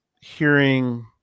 hearing